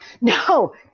No